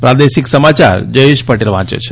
પ્રાદેશિક સમાચાર જયેશ પટેલ વાંચે છે